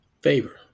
Favor